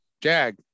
Jag